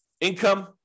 Income